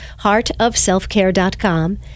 heartofselfcare.com